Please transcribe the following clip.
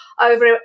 Over